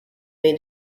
made